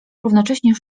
równocześnie